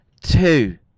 two